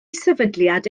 sefydliad